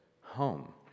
home